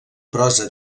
prosa